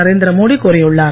நரேந்திரமோடி கூறியுள்ளார்